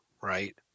right